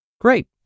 Great